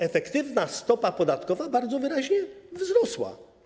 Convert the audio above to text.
Efektywna stopa podatkowa bardzo wyraźnie wzrosła.